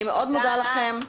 אני מאוד מודה לכם,